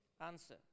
Answer